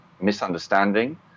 misunderstanding